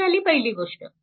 ही झाली पहिली गोष्ट